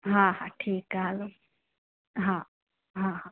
हा हा ठीकु आहे हलो हा हा हा